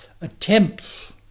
attempts